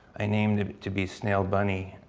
i named it to be snail bunny.